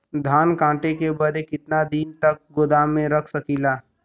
धान कांटेके बाद कितना दिन तक गोदाम में रख सकीला?